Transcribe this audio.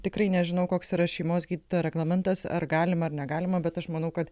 tikrai nežinau koks yra šeimos gydytojo reglamentas ar galima ar negalima bet aš manau kad